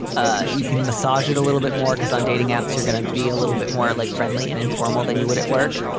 ah you can massage it a little bit more because on dating apps, you're going to be a little bit more like friendly and informal than you would at work.